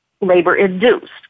labor-induced